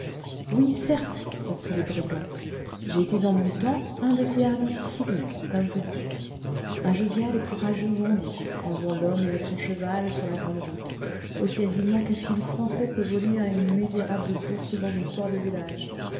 oui certes reprit le brigand j'ai été dans mon temps un de ces hardis siciliens comme vous dites un jovial et courageux bandit enlevant l'homme et son cheval sur la grande route aussi habilement qu'un filou français peut voler une misérable bourse dans une foire de village